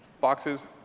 boxes